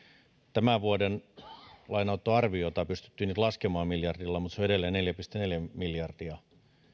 tämän vuoden lainanottoarviota pystyttiin nyt laskemaan miljardilla mutta se on edelleen neljä pilkku neljä miljardia